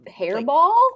hairball